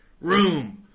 Room